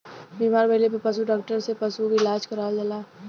बीमार भइले पे पशु डॉक्टर से पशु के इलाज करावल जाला